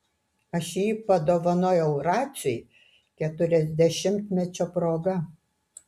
aš jį padovanojau raciui keturiasdešimtmečio proga